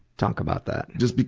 talk about that. just be,